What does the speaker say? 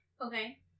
Okay